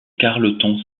carleton